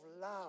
love